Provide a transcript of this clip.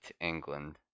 England